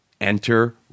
Enter